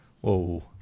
Whoa